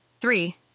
Three